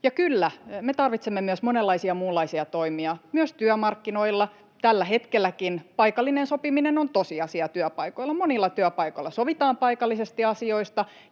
Ja kyllä, me tarvitsemme myös monenlaisia muunlaisia toimia, myös työmarkkinoilla. Tällä hetkelläkin paikallinen sopiminen on tosiasia työpaikoilla. Monilla työpaikoilla sovitaan paikallisesti asioista